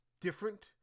different